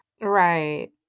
Right